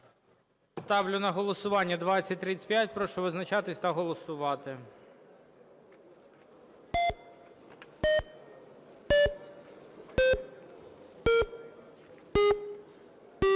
Ставлю її на голосування. Прошу визначатись та голосувати.